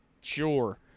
Sure